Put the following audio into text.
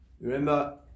Remember